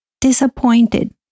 disappointed